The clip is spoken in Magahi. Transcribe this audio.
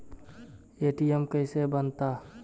ए.टी.एम कैसे बनता?